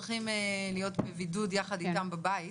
צריכים להיות בבידוד יחד איתם בבית.